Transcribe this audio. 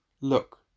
Look